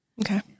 Okay